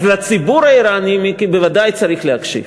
אז לציבור האיראני, מיקי, בוודאי צריך להקשיב,